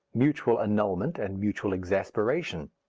mutual annulment and mutual exasperation.